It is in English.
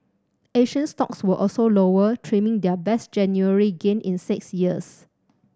Asian stocks were also lower trimming their best January gain in six years